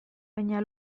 baina